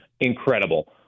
incredible